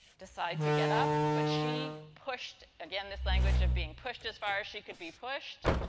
decide to get up. but she pushed again this language of being pushed as far as she could be pushed.